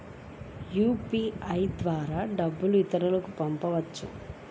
UPI ద్వారా డబ్బు ఇతరులకు పంపవచ్చ?